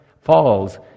falls